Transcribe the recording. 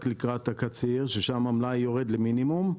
לקראת הקציר ששם המלאי יורד למינימום,